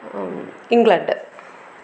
England